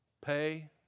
Pay